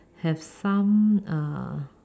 have some uh